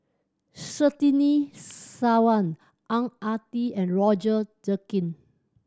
Surtini Sarwan Ang Ah Tee and Roger Jenkin